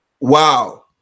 Wow